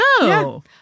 No